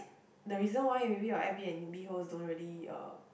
the reason why maybe or air-b_n_b also don't really uh